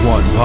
One